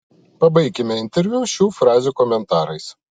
pabaikime interviu šių frazių komentarais